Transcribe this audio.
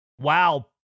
wow